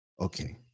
Okay